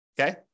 Okay